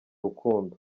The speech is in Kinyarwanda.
rukundo